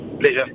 Pleasure